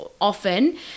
often